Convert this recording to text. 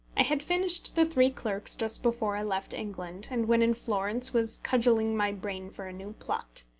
i had finished the three clerks just before i left england, and when in florence was cudgelling my brain for a new plot.